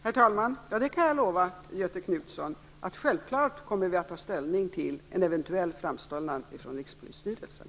Fru talman! Det kan jag lova Göthe Knutson. Självfallet kommer vi att ta ställning till en eventuell framställan från Rikspolisstyrelsen.